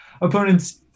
opponents